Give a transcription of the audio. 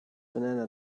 banana